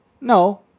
No